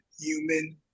human